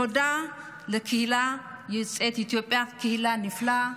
תודה לקהילת יוצאי אתיופיה, קהילה נפלאה.